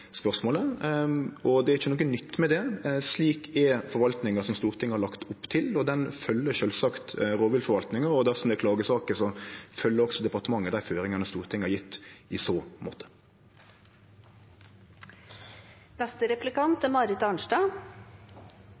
spørsmålet. Det er ikkje noko nytt med det. Slik er forvaltinga som Stortinget har lagt opp til. Det følgjer sjølvsagt rovviltforvaltinga, og dersom det er klagesaker, følgjer også departementet dei føringane som Stortinget har gjeve i så